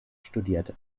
studierte